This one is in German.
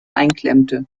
einklemmte